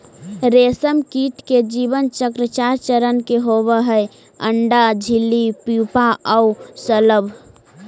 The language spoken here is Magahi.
रेशमकीट के जीवन चक्र चार चरण के होवऽ हइ, अण्डा, इल्ली, प्यूपा आउ शलभ